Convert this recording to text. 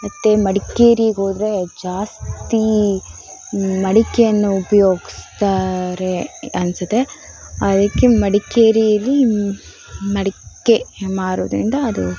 ಮತ್ತೆ ಮಡಿಕೇರಿಗೆ ಹೋದರೆ ಜಾಸ್ತಿ ಮಡಿಕೆಯನ್ನು ಉಪಯೋಗಿಸ್ತಾರೆ ಅನ್ಸತ್ತೆ ಅದಕ್ಕೆ ಮಡಿಕೇರಿಯಲ್ಲಿ ಮಡಿಕೆ ಮಾರೋದ್ರಿಂದ ಅದು